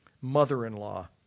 mother-in-law